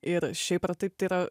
ir šiaip ar taip tai yra